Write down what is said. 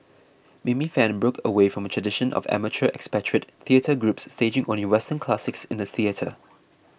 Mimi Fan broke away from a tradition of amateur expatriate theatre groups staging only Western classics in the theatre